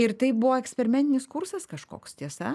ir tai buvo eksperimentinis kursas kažkoks tiesa